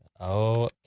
Okay